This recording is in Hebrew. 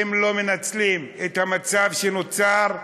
אם לא מנצלים את המצב שנוצר,